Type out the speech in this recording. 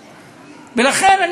ולכן,